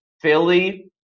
Philly